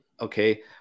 okay